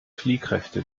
fliehkräfte